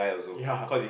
ya